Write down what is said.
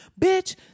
Bitch